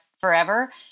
forever